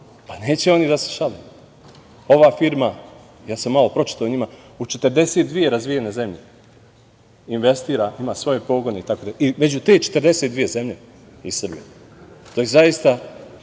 Neće oni da se šale. Ova firma, ja sam pročitao o njima, u 42 razvijene zemlje investira, ima svoje pogone itd. I među te 42 zemlje je Srbija. To je zaista